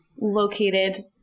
located